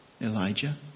Elijah